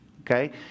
Okay